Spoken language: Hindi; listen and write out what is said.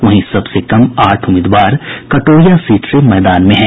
वहीं सबसे कम आठ उम्मीदवार कटोरिया सीट से मैदान में हैं